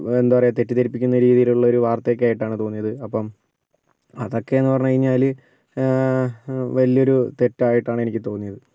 എന്താ പറയാ തെറ്റിദ്ധരിപ്പിക്കുന്ന രീതിയിലുള്ളൊരു വാർത്തയൊക്കെ ആയിട്ടാണ് തോന്നിയത് അപ്പം അതൊക്കെന്ന് പറഞ്ഞു കഴിഞ്ഞാൽ വലിയൊരു തെറ്റായിട്ടാണ് എനിക്ക് തോന്നിയത്